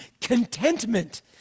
contentment